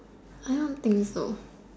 I don't think so